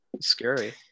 Scary